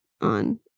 on